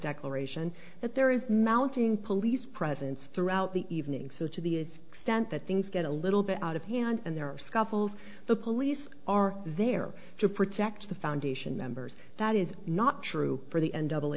declaration that there is mounting police presence throughout the evening so to the extent that things get a little bit out of hand and there are scuffles the police are there to protect the foundation members that is not true for the end double